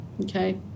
Okay